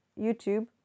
YouTube